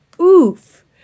oof